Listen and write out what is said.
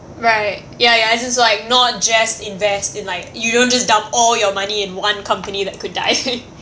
right ya ya it's just like not just invest in like you don't dump all your money in one company that could die